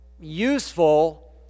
useful